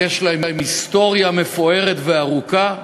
יש להם היסטוריה מפוארת וארוכה,